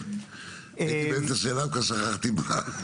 כן, הייתי באמצע שאלה, כבר שכחתי מה.